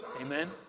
Amen